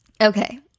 okay